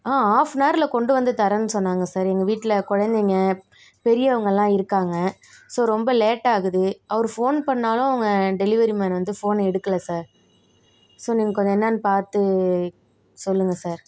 ஆஃப்னாரில் கொண்டு வந்து தரேன் சொன்னாங்க சார் எங்கள் வீட்டில் குழந்தைங்க பெரியவங்களாம் இருக்காங்க ஸோ ரொம்ப லேட் ஆகுது அவர் ஃபோன் பண்ணாலும் அவங்க டெலிவரி மேன் வந்து ஃபோனை எடுக்கலை சார் ஸோ நீங்க கொஞ்சம் என்னன்னு பார்த்து சொல்லுங்கள் சார்